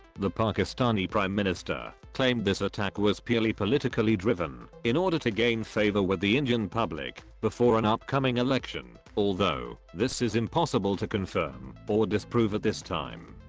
the pakistani prime minister claimed this attack was purely politically driven in order to gain favour with the indian public before an upcoming election, although this is impossible to confirm or disprove at this time.